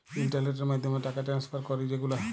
ইলটারলেটের মাধ্যমে টাকা টেনেসফার ক্যরি যে গুলা